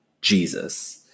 Jesus